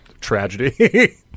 tragedy